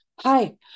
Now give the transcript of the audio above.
hi